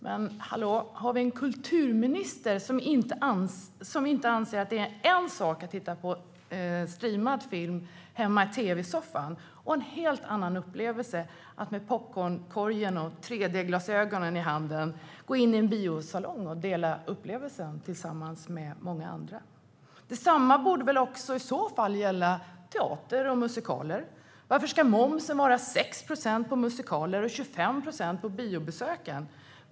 Men hallå: Har vi en kulturminister som inte anser att det är en sak att titta på streamad film hemma i tv-soffan och en helt annan upplevelse att med popcornskorgen och 3D-glasögonen i handen gå in i en biosalong och dela upplevelsen tillsammans med många andra? Detsamma borde i så fall gälla teater och musikaler. Varför ska momsen vara 6 procent på musikaler och 25 procent på biobesöken?